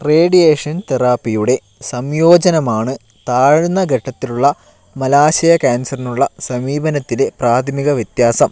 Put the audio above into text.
radiation തെറാപ്പിയുടെ സംയോജനമാണ് താഴ്ന്ന ഘട്ടത്തിലുള്ള മലാശയ കാൻസറിനുള്ള സമീപനത്തിലെ പ്രാഥമിക വ്യത്യാസം